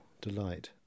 delight